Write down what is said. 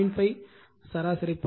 5 சராசரி பாதை